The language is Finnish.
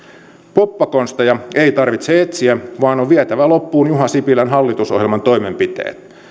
poppakonsteja ei tarvitse etsiä vaan on vietävä loppuun juha sipilän hallitusohjelman toimenpiteet